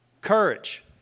Courage